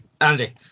Andy